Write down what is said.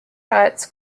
huts